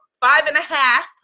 five-and-a-half